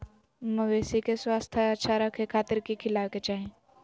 मवेसी के स्वास्थ्य अच्छा रखे खातिर की खिलावे के चाही?